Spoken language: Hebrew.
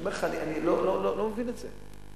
אני אומר לך, אני לא מבין את זה.